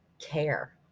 care